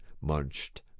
munched